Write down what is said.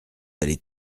allez